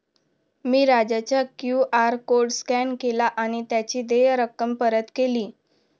मी राजाचा QR code scan केला आणि त्याची देय रक्कम परत केली